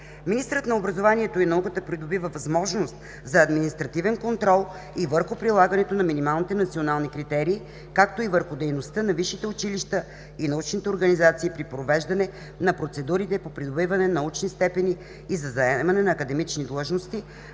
Министърът на образованието и науката придобива възможност за административен контрол и върху прилагането на минималните национални критерии, както и върху дейността на висшите училища и научните организации при провеждане на процедурите по придобиване на научни степени и за заемане на академични длъжности